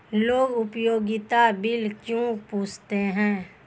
लोग उपयोगिता बिल क्यों पूछते हैं?